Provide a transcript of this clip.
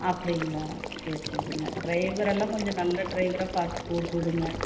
அப்படிங்களா சரி சரிங்க டிரைவரெல்லாம் கொஞ்சம் நல்ல டிரைவராக பார்த்து போட்டு விடுங்க